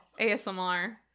ASMR